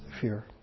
fear